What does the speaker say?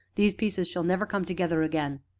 these pieces shall never come together again.